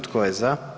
Tko je za?